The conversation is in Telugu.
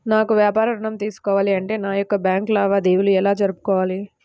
నాకు వ్యాపారం ఋణం తీసుకోవాలి అంటే నా యొక్క బ్యాంకు లావాదేవీలు ఎలా జరుపుకోవాలి?